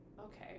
Okay